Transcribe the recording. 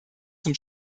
zum